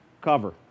cover